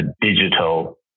digital